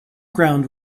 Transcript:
ground